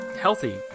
healthy